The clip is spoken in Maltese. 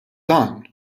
dan